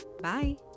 Bye